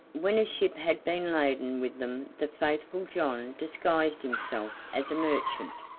when a ship had been laden with them the faithful john disguised himself as a merchant,